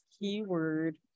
keyword